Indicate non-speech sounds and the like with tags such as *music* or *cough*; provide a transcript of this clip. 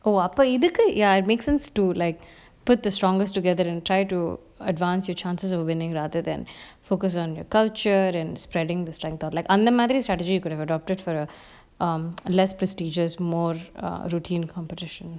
oh அப்ப இதுக்கு:appa ithukku ya it makes sense to like put the strongest together and try to advance your chances of winning rather than focus on your culture and spreading the strength like அந்த மாதிரி:antha madiri strategy you could have adopted for err *noise* less prestigious more err routine competition